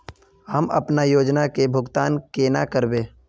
हम अपना योजना के भुगतान केना करबे?